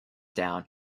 down